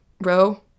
row